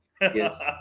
yes